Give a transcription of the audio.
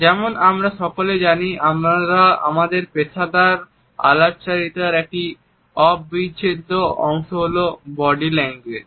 যেমন আমরা সকলে জানি আমাদের পেশাদার আলাপচারিতার একটি অবিচ্ছেদ্য অংশ হলো বডি ল্যাঙ্গুয়েজ